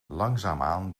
langzaamaan